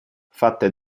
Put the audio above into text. fatte